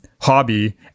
hobby